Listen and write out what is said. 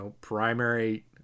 primary